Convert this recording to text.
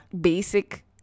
basic